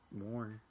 more